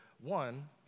one